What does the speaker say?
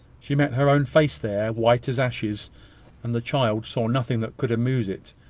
she met her own face there, white as ashes and the child saw nothing that could amuse it,